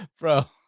bro